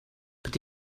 but